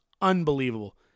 unbelievable